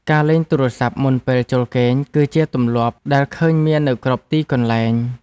ការលេងទូរស័ព្ទមុនពេលចូលគេង គឺជាទម្លាប់ដែលឃើញមាននៅគ្រប់ទីកន្លែង។